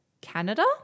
Canada